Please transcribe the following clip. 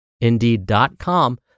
indeed.com